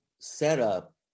setup